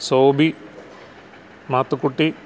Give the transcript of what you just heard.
Sobi Mathukutty